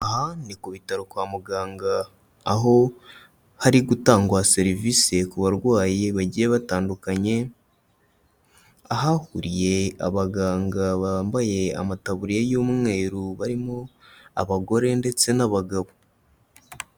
Aha ni ku bitaro kwa muganga, aho hari gutangwa serivisi ku barwayi bagiye batandukanye, ahahuriye abaganga bambaye amataburiya y'umweru, barimo abagore ndetse n'abagabo.